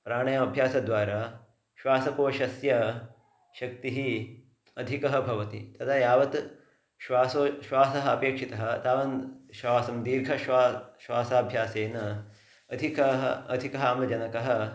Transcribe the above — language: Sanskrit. प्राणायाम अभ्यासद्वारा श्वासकोशस्य शक्तिः अधिकः भवति तदा यावत् श्वासोछ्वासः अपेक्षितः तावन्तं श्वासं दीर्घश्वासं श्वासाभ्यासेन अधिकाः अधिकः अम्लजनकः